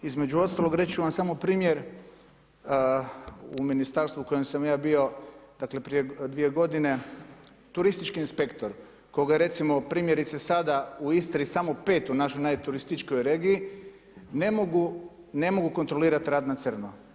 Između ostaloga, reći ću vam samo primjer u Ministarstvu kojem sam ja bio, dakle prije dvije godine, turistički inspektor koga je recimo, primjerice sada u Istri samo 5 u našoj najturističkijoj regiji, ne mogu kontrolirati rad na crno.